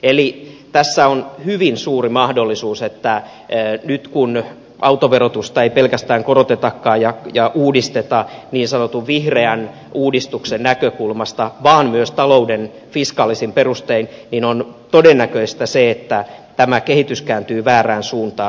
eli tässä on hyvin suuri mahdollisuus että nyt kun autoverotusta ei korotetakaan ja uudistetakaan pelkästään niin sanotun vihreän uudistuksen näkökulmasta vaan myös talouden fiskaalisin perustein niin on todennäköistä se että tämä kehitys kääntyy väärään suuntaan